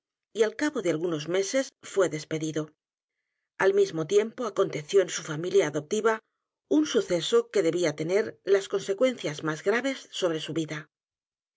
y al cabo de algunos meses fué despedido a l mismo tiempo aconteció en su familia adoptiva u n suceso que debía tener las consecuencias más graves sobre su vida